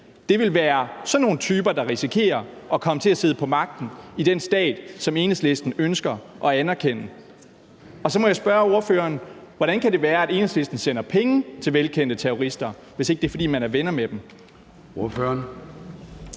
Det vil være sådan nogle typer, det risikeres kommer til at sidde på magten i den stat, som Enhedslisten ønsker at anerkende. Så må jeg også spørge ordføreren: Hvordan kan det være, at Enhedslisten sender penge til velkendte terrorister, hvis ikke det er, fordi man er venner med dem? Kl.